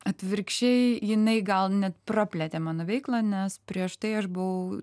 atvirkščiai jinai gal net praplėtė mano veiklą nes prieš tai aš buvau